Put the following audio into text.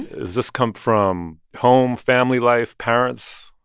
does this come from home, family life, parents?